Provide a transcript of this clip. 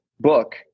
book